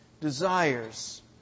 desires